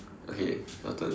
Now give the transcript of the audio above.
okay your turn